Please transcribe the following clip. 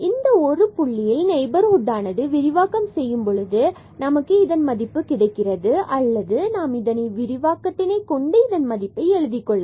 இந்த 1 புள்ளியில் நெய்பர்ஹுட்டானது இதனை விரிவாக்கம் செய்யும் பொழுது நமக்கு இதன் மதிப்பு கிடைக்கிறது அல்லது நாம் இதனை இந்த விரிவாக்கத்தை கொண்டு இதன் மதிப்பை எழுதிக் கொள்ளலாம்